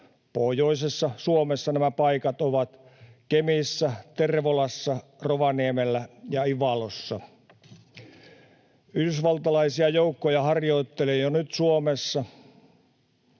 Pohjoisessa Suomessa nämä paikat ovat Kemissä, Tervolassa, Rovaniemellä ja Ivalossa. Yhdysvaltalaisia joukkoja harjoittelee jo nyt Suomessa.